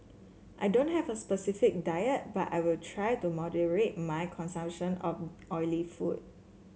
I don't have a specific diet but I will try to moderate my consumption of oily food